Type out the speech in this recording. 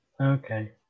Okay